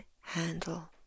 handle